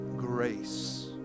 Grace